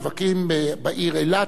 מבקרים בעיר אילת,